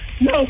no